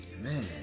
man